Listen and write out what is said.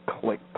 click